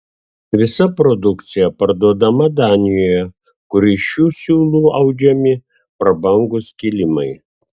visa produkcija parduodama danijoje kur iš šių siūlų audžiami prabangūs kilimai